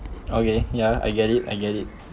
okay ya I get it I get it